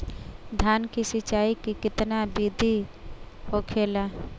धान की सिंचाई की कितना बिदी होखेला?